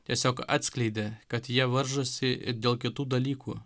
tiesiog atskleidė kad jie varžosi ir dėl kitų dalykų